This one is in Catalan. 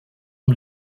amb